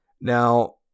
now